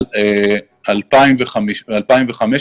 2,015